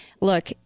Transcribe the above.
look